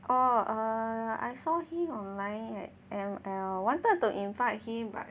or err I saw him online at M_L wanted to invite him but